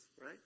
right